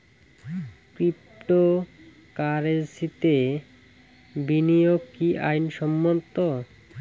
ক্রিপ্টোকারেন্সিতে বিনিয়োগ কি আইন সম্মত?